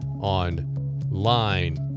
online